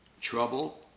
trouble